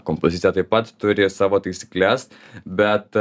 kompozicija taip pat turi savo taisykles bet